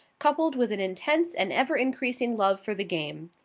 coupled with an intense and ever-increasing love for the game.